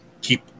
keep